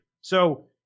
So-